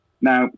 now